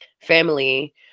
family